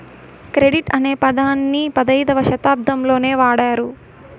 credit అనే పదాన్ని పదైధవ శతాబ్దంలోనే వాడారు